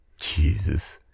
Jesus